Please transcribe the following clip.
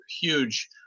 huge